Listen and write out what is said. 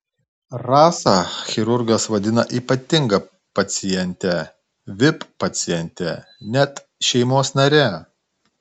rasą chirurgas vadina ypatinga paciente vip paciente net šeimos nare